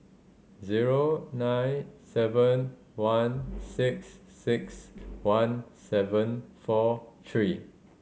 zero nine seven one six six one seven four three